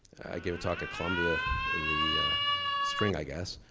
i gave a talk at columbia in the spring, i guess,